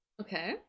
Okay